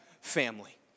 family